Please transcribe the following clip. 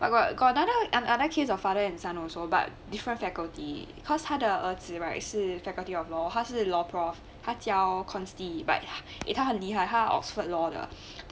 but got got another another case of father and son also but different faculty 他是他的儿子 right 是 faculty of law 他是 law prof 他教 constite but eh 他很厉害他 oxford law 的